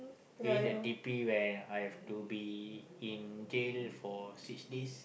during the T_P when I have to be in jail for six days